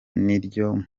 niryo